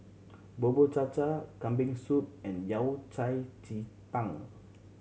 Bubur Cha Cha Kambing Soup and Yao Cai ji tang